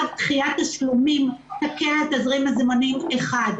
רק דחיית תשלומים תקל על תזרים מזומנים, אחד.